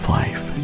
life